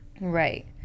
Right